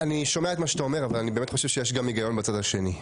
שומע את מה שאתה אומר אבל אני באמת חושב שיש גם הגיון בצד השני.